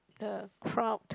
the crowd